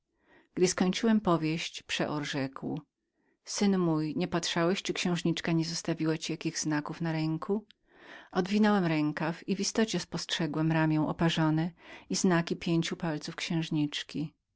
gdy skończyłem powieść przeor rzekł synu mój nie patrzałżeś czyli księżniczka nie zostawiła ci jakich znaków na ręku zatoczyłem rękaw i w istocie spostrzegłem ramię oparzone i znaki pięciu palców księżniczki